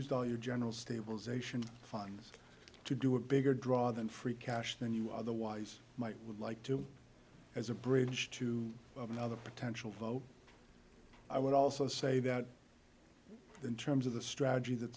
lose all your general stabilization funds to do a bigger draw than free cash than you otherwise might like to as a bridge to other potential vote i would also say that in terms of the strategy that